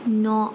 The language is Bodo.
न'